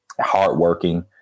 hardworking